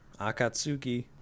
Akatsuki